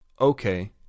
Okay